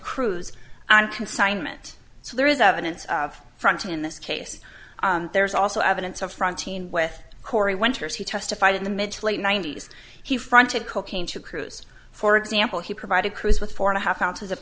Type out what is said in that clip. cruise on consignment so there is evidence of fronting in this case there's also evidence of frontin with corey winters he testified in the mid to late ninety's he fronted cocaine to cruise for example he provided cruise with four and a half ounces of